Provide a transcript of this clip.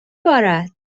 بارد